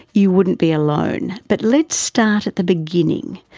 you wouldn't be alone. but let's start at the beginning.